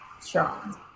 strong